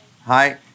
Hi